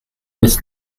wyth